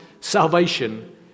salvation